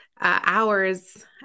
hours